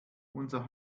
unser